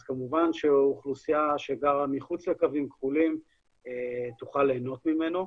אז כמובן שאוכלוסייה שגרה מחוץ לקווים כחולים תוכל ליהנות ממנו.